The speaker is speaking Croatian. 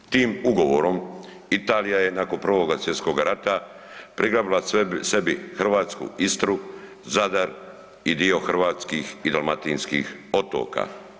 Tim ugovorom Italija je nakon I. svjetskog rata prigrabila sebi hrvatsku Istru, Zadar i dio hrvatskih i dalmatinskih otoka.